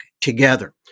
together